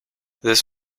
this